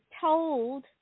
told